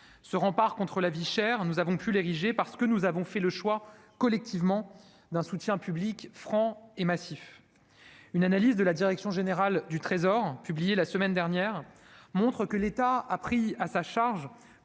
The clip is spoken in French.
Ce rempart contre la vie chère, nous avons pu l'ériger parce que nous avons collectivement fait le choix d'un soutien public franc et massif. Une analyse de la direction générale du Trésor, publiée la semaine dernière, montre que l'État a pris à sa charge